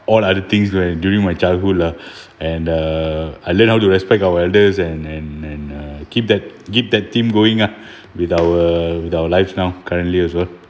all other things when during my childhood lah and uh I learned how to respect our elders and and and uh keep that keep that team going ah with our with our life now currently also